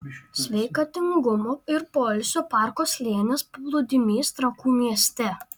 sveikatingumo ir poilsio parko slėnis paplūdimys trakų mieste